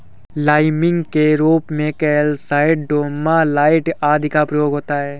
liming के रूप में कैल्साइट, डोमालाइट आदि का प्रयोग होता है